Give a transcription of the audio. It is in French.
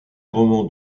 romans